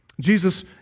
Jesus